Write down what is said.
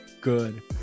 good